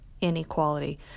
inequality